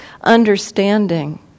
understanding